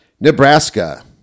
Nebraska